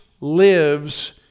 lives